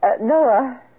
Noah